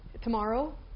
Tomorrow